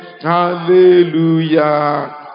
Hallelujah